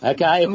Okay